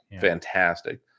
fantastic